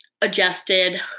adjusted